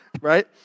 Right